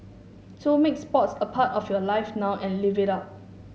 so make sports a part of your life now and live it up